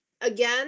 again